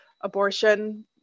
abortion